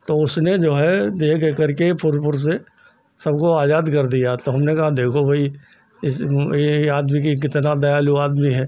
तो उसने जो है एक एक करके फुर फुर से सबको आज़ाद कर दिया तो हमने कहा देखो भाई इस आदमी यह आदमी कितना दयालु आदमी है